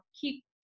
keep